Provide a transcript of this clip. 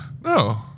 No